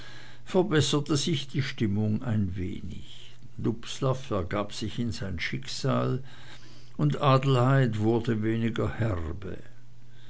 verbesserte sich die stimmung ein wenig dubslav ergab sich in sein schicksal und adelheid wurde weniger herbe